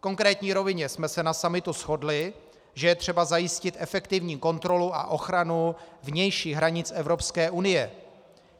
V konkrétní rovině jsme se na summitu shodli, že je třeba zajistit efektivní kontrolu a ochranu vnějších hranic Evropské unie